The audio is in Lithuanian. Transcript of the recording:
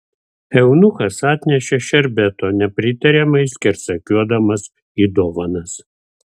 eunuchas atnešė šerbeto nepritariamai skersakiuodamas į dovanas